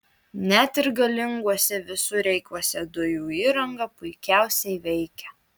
net ir galinguose visureigiuose dujų įranga puikiausiai veikia